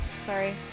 Sorry